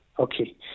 Okay